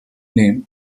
name